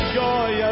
joy